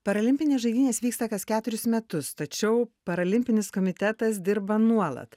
paralimpinės žaidynės vyksta kas keturis metus tačiau paralimpinis komitetas dirba nuolat